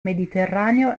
mediterraneo